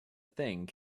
thing